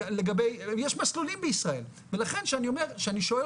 יש מסלולים בישראל ולכן שאני אומר שאני שואל